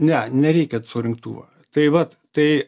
ne nereikia surinktuvo tai vat tai